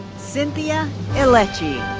cynthia ilechie.